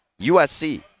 USC